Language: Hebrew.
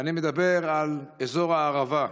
אני מדבר על אזור הערבה.